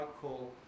call